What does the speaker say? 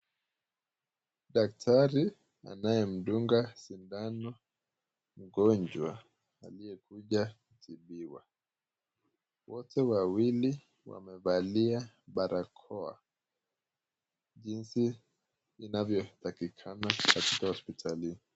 Daktari anayedunga sindano mgonjwa aliyekuja kutibiwa, wote wawili wamevalia barakoa jinzi inavyotakikana kwa hospitalini.